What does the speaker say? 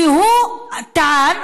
כי הוא טען,